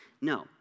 No